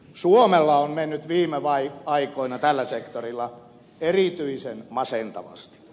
suomella on mennyt viime aikoina tällä sektorilla erityisen masentavasti